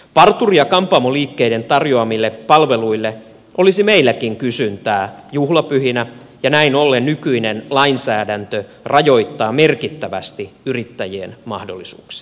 parturi ja kampaamoliikkeiden tarjoamille palveluille olisi meilläkin kysyntää juhlapyhinä ja näin ollen nykyinen lainsäädäntö rajoittaa merkittävästi yrittäjien mahdollisuuksia